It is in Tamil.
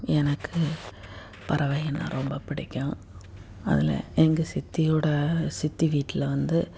எனக்கு பறவைகன்னால் ரொம்ப பிடிக்கும் அதில் எங்கள் சித்தியோடய சித்தி வீட்டில் வந்து